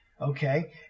Okay